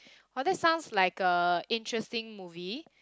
oh that sounds like a interesting movie